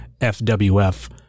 fwf